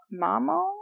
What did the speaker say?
Mamo